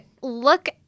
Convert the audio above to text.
look